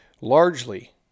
largely